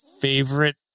favorite